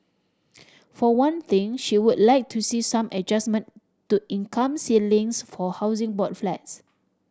for one thing she would like to see some adjustment to income ceilings for Housing Board flats